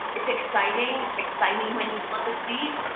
it's exciting. it's exciting when you flip a seat,